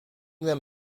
them